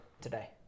today